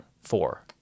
four